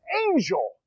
angel